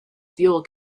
fuel